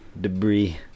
debris